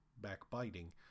backbiting